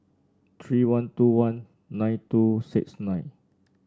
three one two one nine two six nine